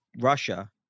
Russia